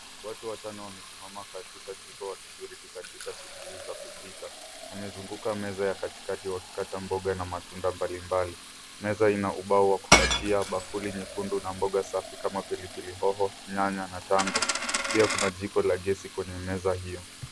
Watu watano wamesimama katika jiko wakishiriki katika shughuli za kupika wamezunguka meza ya kati kati wakikata mboga na matunda mbali mbali. Meza ina ubao wa kukatia bakuli nyekundu na mboga safi kama pilipili hoho, nyanya na tango. Pia kuna jiko la gesi kwenye meza hiyo.